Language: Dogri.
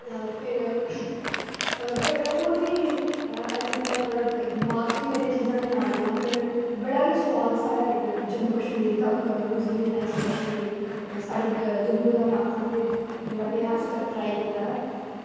फिर होर बी अजें मेरे दमाग च निं चीज़ां आवा दियां पर सोआद साढ़ा बड़ा इक्क जम्मू कश्मीर दा इक्क बड़ा निहां साढ़े जम्मू दा में आक्खां ते जेह्ड़ा में अज्ज तक्क ट्राई कीता ऐ